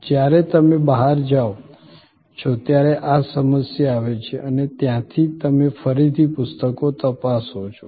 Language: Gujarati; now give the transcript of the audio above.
જ્યારે તમે બહાર જાઓ છો ત્યારે આ સમસ્યા આવે છે અને ત્યાંથી તમે ફરીથી પુસ્તકો તપાસો છો